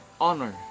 honor